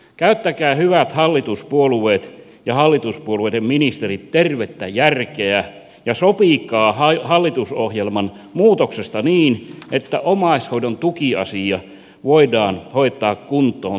käyttäkää hyvät hallituspuolueet ja hallituspuolueiden ministerit tervettä järkeä ja sopikaa hallitusohjelman muutoksesta niin että omaishoidon tukiasia voidaan hoitaa kuntoon tällä vaalikaudella